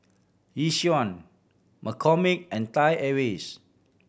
Yishion McCormick and Thai Airways